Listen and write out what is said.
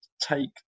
take